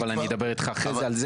אבל אני אדבר איתך אחרי זה על זה,